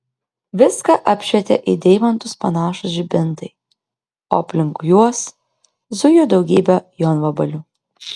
viską apšvietė į deimantus panašūs žibintai o aplink juos zujo daugybė jonvabalių